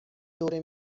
دور